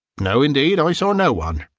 no, indeed i saw no one.